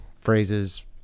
phrases